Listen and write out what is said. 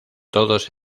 todos